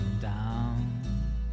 down